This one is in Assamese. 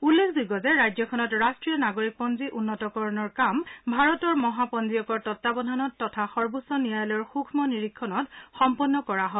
উল্লেখযোগ্য যে ৰাজ্যখনত ৰাষ্ট্ৰীয় নাগৰিকপঞ্জী উন্নতকৰণৰ কাম ভাৰতৰ মহাপঞ্জীয়কৰ তত্বাৱধানত তথা সৰ্বোচ্চ ন্যায়ালয়ৰ সৃস্ম নিৰীক্ষণত সম্পন্ন কৰা হয়